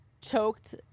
choked